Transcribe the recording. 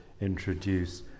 introduce